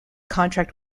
contract